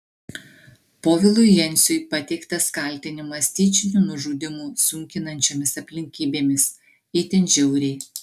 povilui jenciui pateiktas kaltinimas tyčiniu nužudymu sunkinančiomis aplinkybėmis itin žiauriai